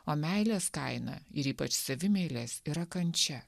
o meilės kaina ir ypač savimeilės yra kančia